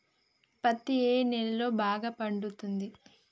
పత్తి ఏ నేలల్లో బాగా పండుతది?